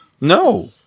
No